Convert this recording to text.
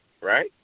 right